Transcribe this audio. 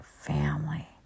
family